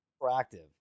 proactive